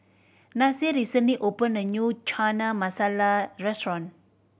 Nasir recently opened a new Chana Masala Restaurant